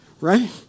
right